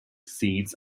seeds